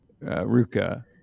Ruka